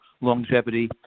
longevity